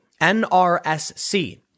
NRSC